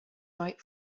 right